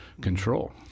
control